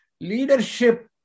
leadership